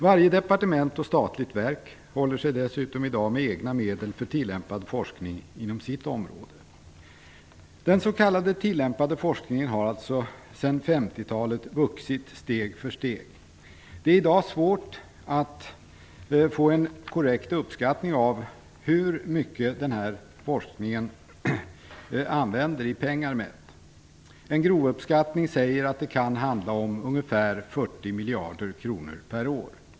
Varje departement och statligt verk håller sig i dag dessutom med egna medel för tillämpad forskning inom sitt område. Den s.k. tillämpade forskningen har alltså sedan 50-talet vuxit steg för steg. Det är i dag svårt att göra en korrekt uppskattning av hur mycket pengar denna forskningen använder. En grov uppskattning säger att det kan handla om ungefär 40 miljarder kronor per år.